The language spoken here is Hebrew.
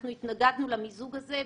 היא רק שנה בתפקיד" - ככה זה כשנהנים,